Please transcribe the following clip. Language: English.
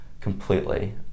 completely